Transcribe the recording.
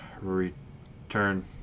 return